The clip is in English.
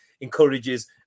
encourages